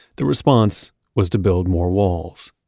the response was to build more walls.